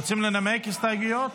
רוצים לנמק הסתייגויות?